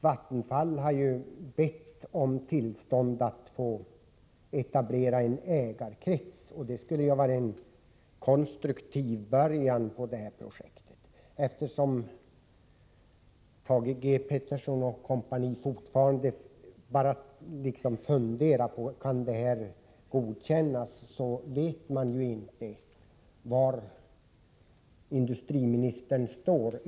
Vattenfall har ju bett om tillstånd att få etablera en ägarkrets, och det skulle vara en konstruktiv början på ett sådant här projekt. Att Thage G. Peterson & Co. fortfarande bara funderar över om det här projektet kan godkännas ger ju ingen antydan om var industriministern står.